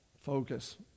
focus